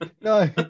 no